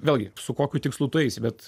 vėlgi su kokiu tikslu tu eisi bet